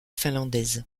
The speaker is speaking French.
finlandaise